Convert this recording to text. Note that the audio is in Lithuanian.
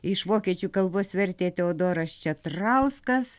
iš vokiečių kalbos vertė teodoras četrauskas